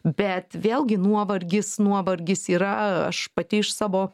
bet vėlgi nuovargis nuovargis yra aš pati iš savo